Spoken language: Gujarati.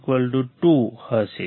RfRI2 હશે